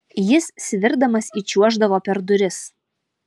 jis svirdamas įčiuoždavo per duris